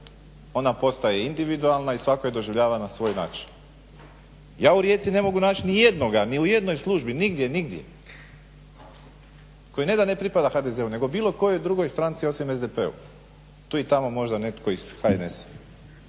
ona postaje individualna i svatko je doživljava na svoj način. Ja u Rijeci ne mogu naći nijednoga ni u jednoj službi, nigdje, koji ne da ne pripada HDZ-u nego bilo kojoj drugoj stranci osim SDP-u, tu i tamo možda netko iz HNS-a,